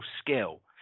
skill